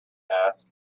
ask